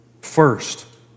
first